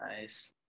nice